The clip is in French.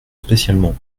spécialement